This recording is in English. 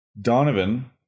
donovan